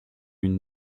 une